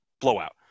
blowout